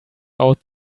out